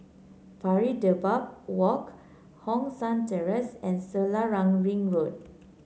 Pari Dedap Walk Hong San Terrace and Selarang Ring Road